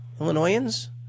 Illinoisans